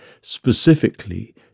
specifically